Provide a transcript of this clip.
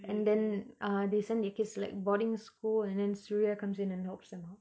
and then uh they send their kids to like boarding school and then surya comes in and helps them out